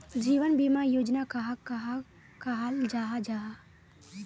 जीवन बीमा योजना कहाक कहाल जाहा जाहा?